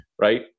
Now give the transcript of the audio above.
Right